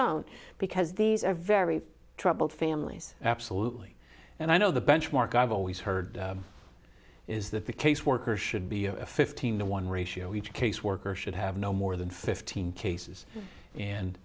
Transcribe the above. own because these are very troubled families absolutely and i know the benchmark i've always heard is that the caseworker should be a fifteen to one ratio each caseworker should have no more than fifteen cases and